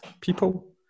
people